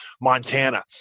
Montana